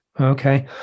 Okay